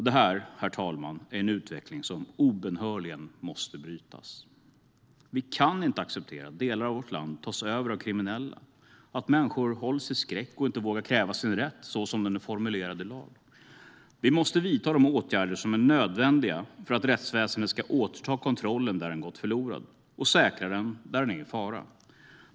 Det här, herr talman, är en utveckling som obönhörligen måste brytas. Vi kan inte acceptera att delar av vårt land tas över av kriminella, att människor hålls i skräck och inte vågar kräva sin rätt så som den är formulerad i lag. Vi måste vidta nödvändiga åtgärder för att rättsväsendet ska återta kontrollen där den har gått förlorad och säkra den där den är i fara.